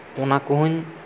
ᱚᱱᱟᱠᱚ ᱦᱚᱧ